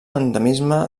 endemisme